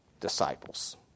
disciples